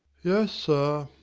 yes, sir.